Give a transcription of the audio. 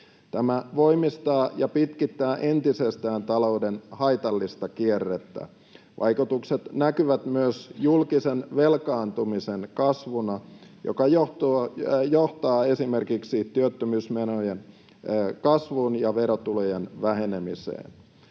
Tämä voimistaa ja pitkittää entisestään talouden haitallista kierrettä. Vaikutukset näkyvät myös julkisen velkaantumisen kasvuna, joka johtaa esimerkiksi työttömyysmenojen kasvuun ja verotulojen vähenemiseen.